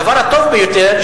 הדבר הטוב ביותר,